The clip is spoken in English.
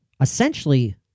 essentially